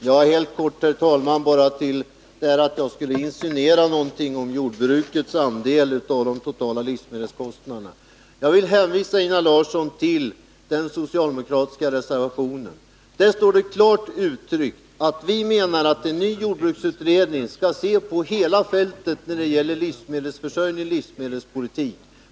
Herr talman! Helt kort beträffande att jag skulle insinuera någonting om jordbrukets andel av de totala livsmedelskostnaderna: Jag vill hänvisa Einar Larsson till den socialdemokratiska reservationen. Där står det klart uttryckt att vi menar att en ny jordbruksutredning skall se på hela fältet när det gäller livsmedelsförsörjningen och livsmedelspolitiken.